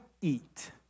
eat